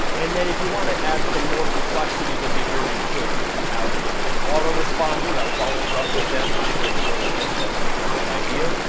and then if you wanna add some more complexities into here, you could. you could have an auto responder that follows up with them after they join your list, that's not a bad idea.